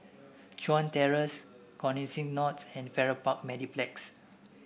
Chuan Terrace Connexis North and Farrer Park Mediplex